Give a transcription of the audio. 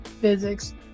physics